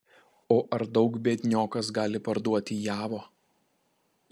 o ar daug biedniokas gali parduoti javo